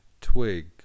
twig